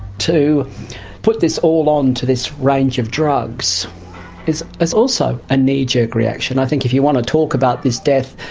to put this all on to this range of drugs is also a knee-jerk reaction. i think if you want to talk about this death,